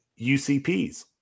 UCPs